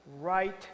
right